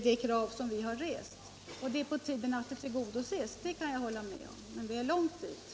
Det är på tiden att det tillgodoses — det kan jag hålla med om — men det är långt dit.